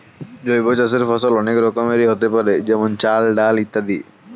জৈব চাষের ফসল অনেক রকমেরই হতে পারে যেমন চাল, ডাল ইত্যাদি